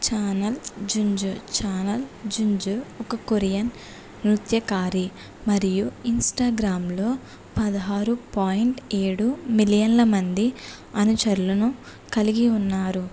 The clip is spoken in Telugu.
ఛానల్ జుంజు ఛానల్ జుంజు ఒక కొరియన్ నృత్యకారి మరియు ఇన్స్టాగ్రామ్లో పదహారు పాయింట్ ఏడు మిలియన్ల మంది అనుచరులను కలిగి ఉన్నారు